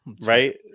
Right